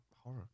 horror